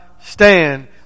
stand